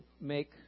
make